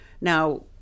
Now